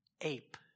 ape